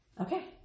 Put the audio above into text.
Okay